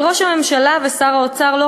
אבל ראש הממשלה ושר האוצר,